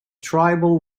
tribal